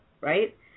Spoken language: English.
right